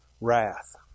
wrath